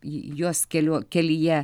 jos keliu kelyje